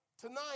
tonight